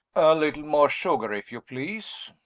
little more sugar, if you please.